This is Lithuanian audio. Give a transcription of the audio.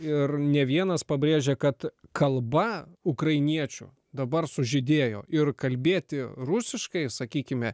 ir ne vienas pabrėžia kad kalba ukrainiečių dabar sužydėjo ir kalbėti rusiškai sakykime